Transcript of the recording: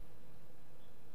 אבל אני רוצה להדגיש,